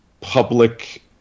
public